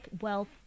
wealth